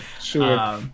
sure